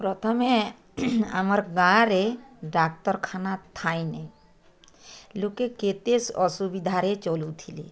ପ୍ରଥମେ ଆମର ଗାଁରେ ଡାକ୍ତରଖାନା ଥାଇନି ଲୋକେ କେତେସ୍ ଅସୁବିଧାରେ ଚଲୁଥିଲେ